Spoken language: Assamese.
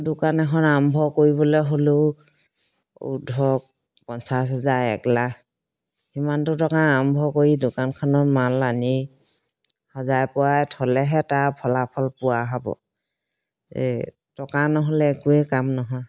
দোকান এখন আৰম্ভ কৰিবলৈ হ'লেও ওৰ্ধ পঞ্চাছ হাজাৰ এক লাখ সিমানটো টকা আৰম্ভ কৰি দোকানখনত মাল আনি সজাই পৰাই থ'লেহে তাৰ ফলাফল পোৱা হ'ব যে টকা নহ'লে একোৱেই কাম নহয়